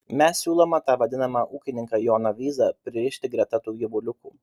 mes siūlome tą vadinamą ūkininką joną vyzą pririšti greta tų gyvuliukų